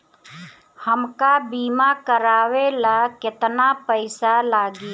हमका बीमा करावे ला केतना पईसा लागी?